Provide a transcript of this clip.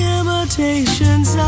imitations